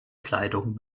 kleidung